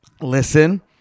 listen